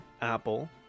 Apple